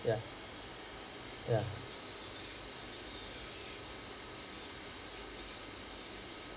ya ya